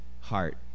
heart